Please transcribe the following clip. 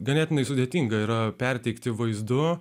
ganėtinai sudėtinga yra perteikti vaizdu